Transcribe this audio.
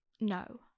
No